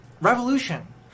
revolution